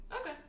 Okay